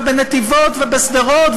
בנתיבות ובשדרות,